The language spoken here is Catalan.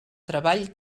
treball